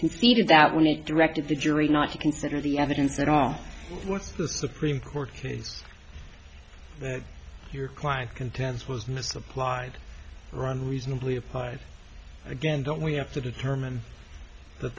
conceded that when it directed the jury not to consider the evidence at all what the supreme court case your client contends was misapplied run reasonably applied again don't we have to determine that